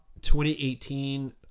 2018